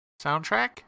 soundtrack